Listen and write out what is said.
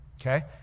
Okay